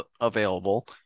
available